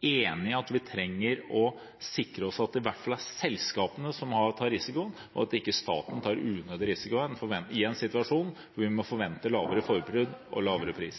enig i at vi i hvert fall trenger å sikre oss at det er selskapene som tar risikoen, og at ikke staten tar unødig risiko i en situasjon hvor vi må forvente lavere forbruk og lavere pris?